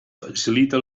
facilite